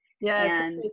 Yes